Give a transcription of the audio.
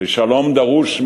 השכנות ועמיהן, וקוראים